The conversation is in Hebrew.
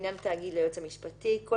לעניין תאגיד ליועץ המשפטי שלו,